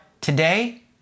today